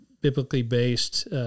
biblically-based